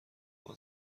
ماه